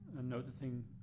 noticing